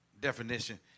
definition